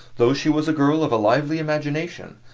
though she was a girl of a lively imagination,